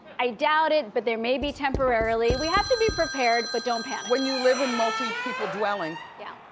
i doubt it, but they may be temporarily. we have to be prepared but don't panic. when you live in multi people dwelling. yeah.